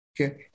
Okay